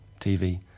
TV